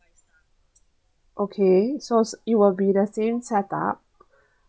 okay so it will be the same setup